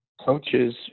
coaches